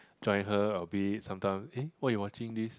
join her a bit sometime eh why you watching this